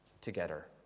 together